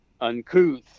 uncouth